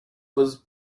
was